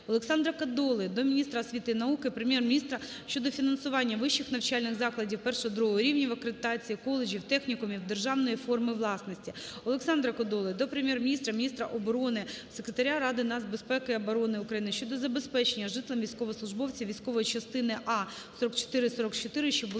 Олександра Кодоли до міністра освіти і науки, Прем'єр-міністра щодо фінансування вищих навчальних закладів І-ІІ рівнів акредитації (коледжів, технікумів) державної форми власності. Олександра Кодоли до Прем'єр-міністра, міністра оборони, Секретаря Ради нацбезпеки і оборони України щодо забезпечення житлом військовослужбовців військової частини А4444, що була